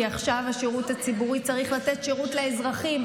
כי עכשיו השירות הציבורי צריך לתת שירות לאזרחים,